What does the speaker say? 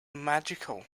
magical